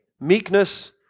meekness